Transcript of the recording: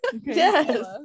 yes